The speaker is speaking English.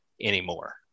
anymore